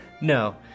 No